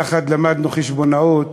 יחד למדנו חשבונאות,